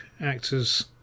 actors